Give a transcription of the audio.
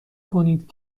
کنید